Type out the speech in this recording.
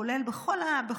כולל כל הפעולות,